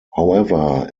however